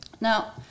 Now